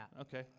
Okay